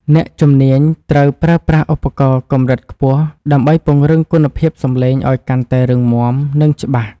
អ្នកជំនាញត្រូវប្រើប្រាស់ឧបករណ៍កម្រិតខ្ពស់ដើម្បីពង្រឹងគុណភាពសំឡេងឱ្យកាន់តែរឹងមាំ និង ច្បាស់។